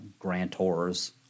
grantors